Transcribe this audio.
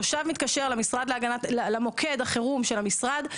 תושב מתקשר למוקד החרום של המשרד,